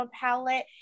palette